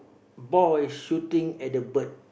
boy shooting at the bird